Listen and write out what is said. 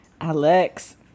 Alex